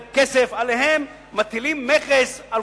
כסף, עליהן מטילים מכס על כל קילו.